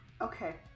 Okay